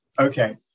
Okay